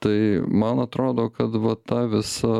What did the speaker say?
tai man atrodo kad va ta visa